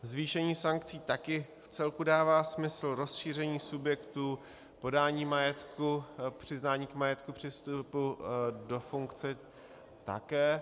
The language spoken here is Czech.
Zvýšení sankcí také vcelku dává smysl, rozšíření subjektů podání majetku, přiznání majetku při vstupu do funkce také.